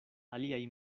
aliaj